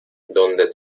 dónde